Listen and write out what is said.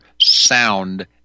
sound